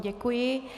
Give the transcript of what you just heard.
Děkuji.